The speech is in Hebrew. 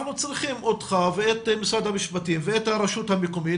אנחנו צריכים אותך ואת משרד המשפטים ואת הרשות המקומית,